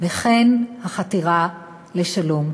וכן החתירה לשלום.